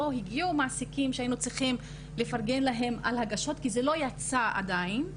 לא הגיעו מעסיקים שהיינו צריכים לפרגן להם על הגשות כי זה לא יצא עדיין.